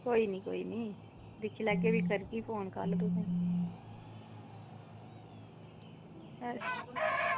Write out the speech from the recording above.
कोई निं कोई निं दिक्खी लैगे फ्ही करगी फोन कल तुसेंगी अच्छा